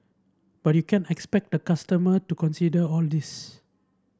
but you can't expect the customer to consider all this